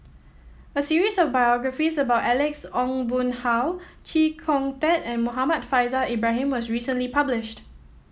a series of biographies about Alex Ong Boon Hau Chee Kong Tet and Muhammad Faishal Ibrahim was recently published